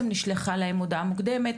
נשלחה להם הודעה מוקדמת?